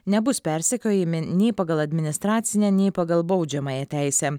nebus persekiojami nei pagal administracinę nei pagal baudžiamąją teisę